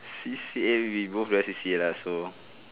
C_C_A we both don't have C_C_A lah so